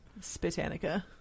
Spitanica